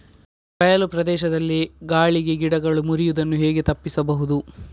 ಬಯಲು ಪ್ರದೇಶದಲ್ಲಿ ಗಾಳಿಗೆ ಗಿಡಗಳು ಮುರಿಯುದನ್ನು ಹೇಗೆ ತಪ್ಪಿಸಬಹುದು?